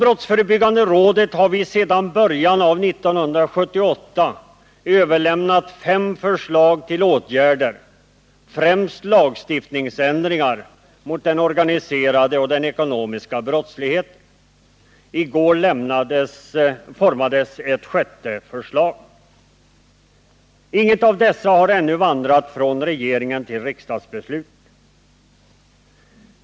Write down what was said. Brottsförebyggande rådet har sedan början på 1978 överlämnat fem förslag till åtgärder — främst lagstiftningsändringar — mot den organiserade och den ekonomiska brottsligheten. I går lämnades ett sjätte förslag. Inget av dessa har ännu vandrat från regeringen till riksdagsbeslut.